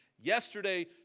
yesterday